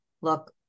Look